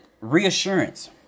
reassurance